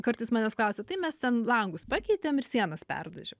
kartais manęs klausia tai mes ten langus pakeitėm ir sienas perdažėm